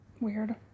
Weird